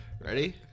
ready